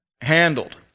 handled